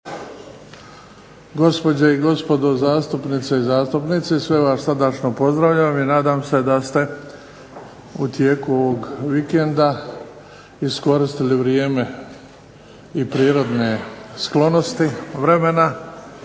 gospođe i gospodo zastupnice i zastupnici. Sve vas srdačno pozdravljam i nadam se da ste u tijeku ovog vikenda iskoristili vrijeme i prirodne sklonosti vremena